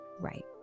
right